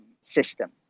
system